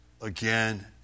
again